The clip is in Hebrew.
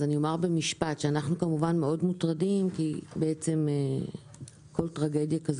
אני אומר במשפט שאנחנו כמובן מאוד מוטרדים כי בעצם כל טרגדיה כזאת,